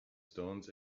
stones